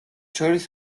შორის